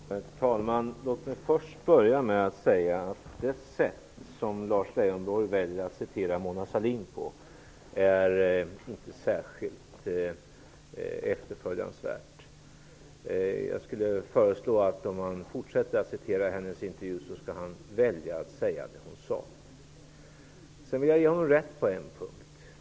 Herr talman! Låt mig först börja med att säga att det sätt som Lars Leijonborg väljer att referera Mona Sahlin på inte är särskilt efterföljansvärt. Jag skulle föreslå att om han fortsätter att referera hennes intervju skall han välja att säga det hon sade. Sedan vill jag ge Lars Leijonborg rätt på en punkt.